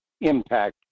impact